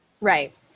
Right